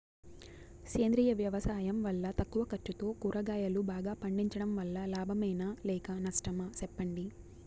సేంద్రియ వ్యవసాయం వల్ల తక్కువ ఖర్చుతో కూరగాయలు బాగా పండించడం వల్ల లాభమేనా లేక నష్టమా సెప్పండి